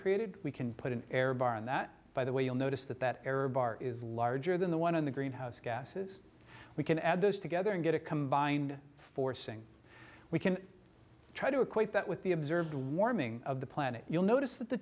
created we can put an air bar in that by the way you'll notice that that error bar is larger than the one in the greenhouse gases we can add those together and get a combined forcing we can try to equate that with the observed warming of the planet you'll notice that the